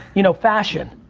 you know, fashion.